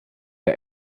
der